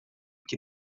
que